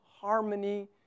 harmony